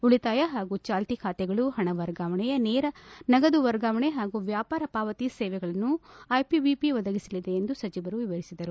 ಉಳಿತಾಯ ಹಾಗೂ ಚಾಲ್ತಿ ಖಾತೆಗಳು ಹಣ ವರ್ಗಾವಣೆ ನೇರ ನಗದು ವರ್ಗಾವಣೆ ಹಾಗೂ ವ್ಲಾಪಾರ ಪಾವತಿ ಸೇವೆಗಳನ್ನು ಐಪಿಪಿಬಿ ಒದಗಿಸಲಿದೆ ಎಂದು ಸಚಿವರು ವಿವರಿಸಿದರು